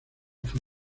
fue